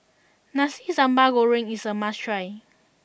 Nasi Sambal Goreng is a must try